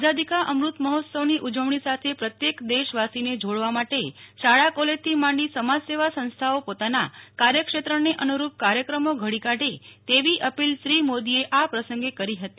આઝાદીના અમૃત મહોત્સવની ઉજવણી સાથે પ્રત્યેક દેશવાસીને જોડવા માટે શાળા કોલેજ થી માંડી સમાજસેવા સંસ્થાઓ પોતાના કાર્યક્ષેત્રને અનુરૂપ કાર્યકમો ઘડી કાઢે તેવી અપીલ શ્રી મોદી એ આ પ્રસંગે કરી હતી